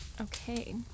Okay